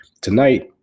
Tonight